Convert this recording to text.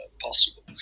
possible